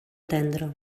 tendre